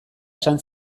esan